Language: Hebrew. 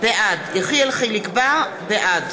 בעד